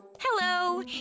Hello